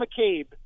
McCabe